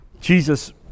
Jesus